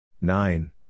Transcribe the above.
Nine